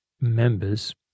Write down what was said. members